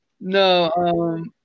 no